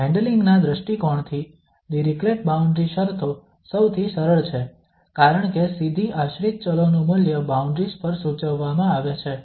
હેન્ડલિંગના દૃષ્ટિકોણથી Dirichlet boundary શરતો સૌથી સરળ છે કારણ કે સીધી આશ્રિત ચલો નું મૂલ્ય બાઉન્ડ્રીઝ પર સૂચવવામાં આવે છે